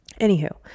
anywho